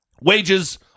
wages